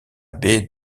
baie